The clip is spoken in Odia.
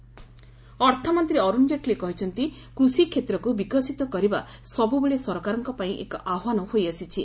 ଜେଟଲୀ ଇଣ୍ଟରଭ୍ୟ ଅର୍ଥମନ୍ତ୍ରୀ ଅରୁଣ ଜେଟଲୀ କହିଛନ୍ତି କୃଷି କ୍ଷେତ୍ରକୁ ବିକଶିତ କରିବା ସବୁବେଳେ ସରକାରଙ୍କ ପାଇଁ ଏକ ଆହ୍ପାନ ହୋଇଆସିଛି